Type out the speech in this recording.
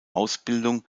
ausbildung